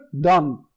done